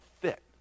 fit